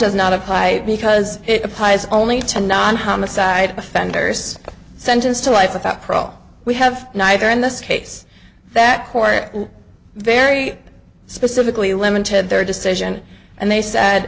does not apply because it applies only to non homicide offenders sentenced to life without parole we have neither in this case that court very specifically limited their decision and they said